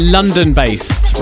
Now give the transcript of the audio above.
London-based